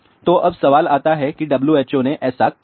तो अब सवाल आता है कि WHO ने ऐसा क्यों किया